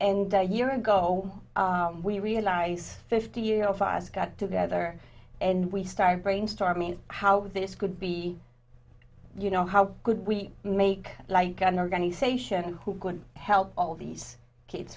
and a year ago we realize fifty years of us got together and we started brainstorming how this could be you know how could we make like an organization who can help all these kids